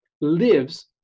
lives